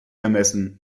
ermessen